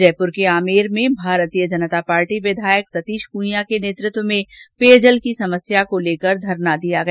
जयपुर के आमेर में भारतीय जनता पार्टी विधायक सतीश पूनिया के नेतृत्व में पेयजल की समस्या को लेकर धरना दिया गया